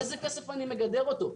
מאיזה כסף אני מגדר אותו?